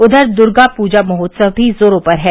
उधर दुर्गा पूजा महोत्सव भी जोरो पर है